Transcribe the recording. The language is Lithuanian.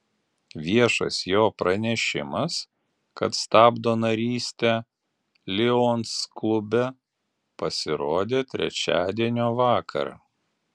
viešas jo pranešimas kad stabdo narystę lions klube pasirodė trečiadienio vakarą